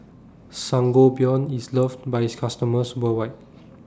Sangobion IS loved By its customers worldwide